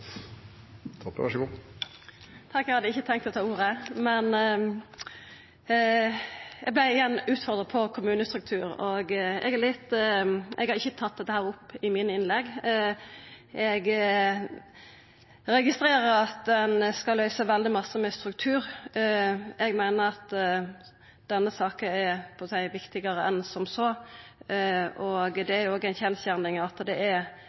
hadde ikkje tenkt å ta ordet, men eg vart igjen utfordra på kommunestruktur. Eg har ikkje tatt dette opp i mine innlegg. Eg registrerer at ein skal løysa veldig mykje med struktur. Eg meiner at denne saka er viktigare enn som så. Det er óg ei kjensgjerning at det er